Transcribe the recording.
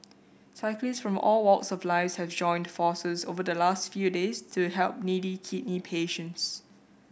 cyclists from all walks of life have joined forces over the last few days to help needy kidney patients